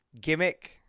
gimmick